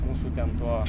mūsų ten to